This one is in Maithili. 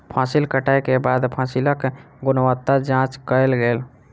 फसिल कटै के बाद फसिलक गुणवत्ताक जांच कयल गेल